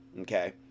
okay